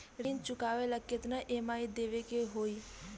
ऋण चुकावेला केतना ई.एम.आई देवेके होई?